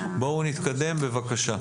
כן, בבקשה.